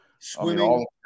swimming